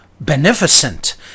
beneficent